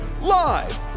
Live